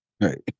Right